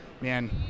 man